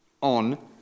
on